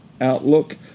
outlook